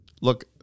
Look